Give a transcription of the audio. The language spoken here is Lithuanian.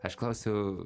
aš klausiu